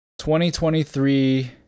2023